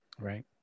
Right